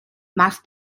más